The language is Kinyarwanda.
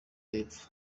y’epfo